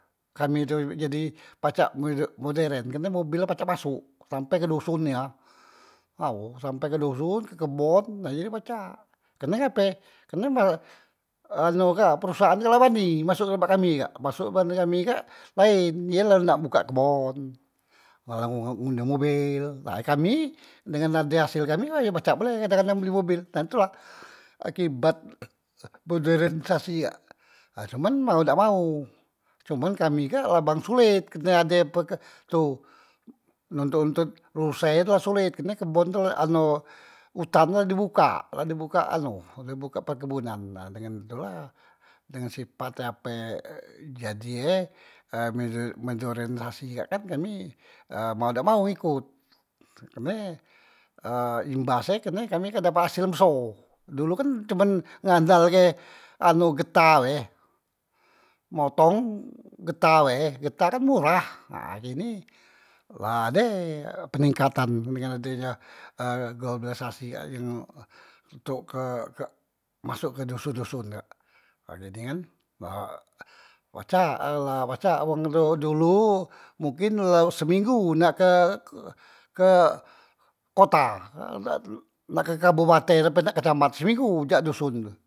Kami tu jadi pacak mode moderen, karne mobel la pacak masok sampe ke doson nia ao, sampe ke doson, ke kebon, nah jadi pacak, karne ngape karne ma anu kak perusahaan kak la bani masok ke tempat kami kak, masok ban kami kak laen, ye la nak buka kebon la ngunde mobel, la kami dengan ade asel kami la pacak beli kadang- kadang beli mobel, nah tula akibat moderen sasi kak ha cuman mau dak mau cuman kami kak la bang sulit, karne ade peke tu nontot- nontot ruse tu la solet karne kebon tu la anu utan tu la di buka, la di buka anu perkebunan nah tu la dengan sipat e ape jadi e mo moderen sasi kak kan kami e mau dak mau ikot, kerne e imbas e kerne kami kan dapat asel yang beso dulu kan cuman ngandal ke getah be, motong getah bae, getah kan murah, nah kini la ade peningkatan dengan adenya e globalisasi kak yang untok ke masok ke doson- doson kak, nah jadi kan pacak la pacak wong tu dulu mungkin la seminggu nak ke ke ke kota na ke kabupaten ape nak ke camat seminggu jak doson tu.